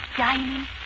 dining